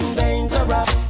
dangerous